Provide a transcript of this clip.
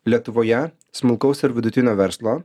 lietuvoje smulkaus ir vidutinio verslo